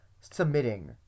submitting